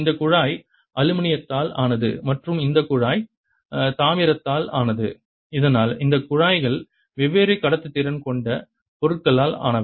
இந்த குழாய் அலுமினியத்தால் ஆனது மற்றும் இந்த குழாய் தாமிரத்தால் ஆனது இதனால் இந்த குழாய்கள் வெவ்வேறு கடத்துத்திறன் கொண்ட பொருட்களால் ஆனவை